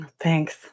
Thanks